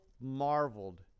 marveled